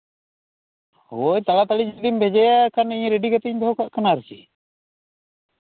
ᱦᱳᱭ ᱛᱟᱲᱟ ᱛᱟᱹᱲᱤ ᱡᱩᱫᱤᱢ ᱵᱷᱮᱡᱟᱭᱟ ᱮᱱᱮᱠᱷᱟᱱ ᱤᱧ ᱨᱮᱰᱤ ᱠᱟᱛᱮᱫ ᱤᱧ ᱫᱚᱦᱚ ᱠᱟᱜ ᱠᱟᱱᱟ ᱟᱨᱠᱤ